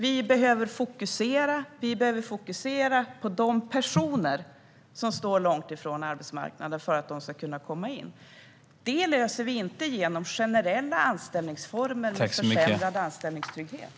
Vi behöver fokusera på de personer som står långt ifrån arbetsmarknaden för att de ska kunna komma in. Det löser vi inte genom generella anställningsformer med försämrad anställningstrygghet.